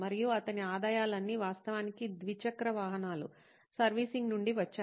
మరియు అతని ఆదాయాలన్నీ వాస్తవానికి ద్విచక్ర వాహనాల సర్వీసింగ్ నుండి వచ్చాయి